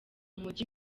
umujyi